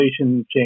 change